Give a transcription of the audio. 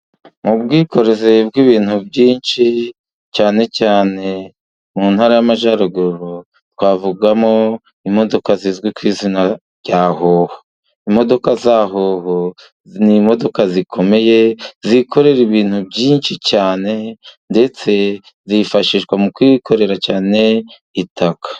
Mu bwikorezi bw'ibintu byinshi, cyane cyane mu Ntara y'Amajyaruguru, twavugamo imodoka zizwi ku izina rya hoho. Imodoka za hoho ni imodoka zikomeye, zikorera ibintu byinshi cyane, ndetse zifashishwa mu kwikorera cyane itaka.